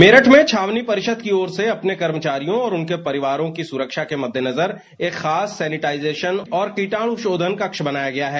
मेरठ में छावनी परिषद की ओर से अपने कर्मचारियों और उनके परिवारों की सुरक्षा के मद्देनजर एक खास सैनिटाइजेशन और कीटाणुशोधन कक्ष बनाया गया है